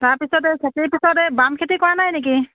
তাৰপিছতে খেতিৰ পিছতে বাম খেতি কৰা নাই নেকি